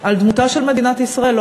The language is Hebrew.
על דמותה של מדינת ישראל,